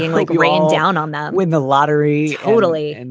like rain down on that win the lottery totally. and,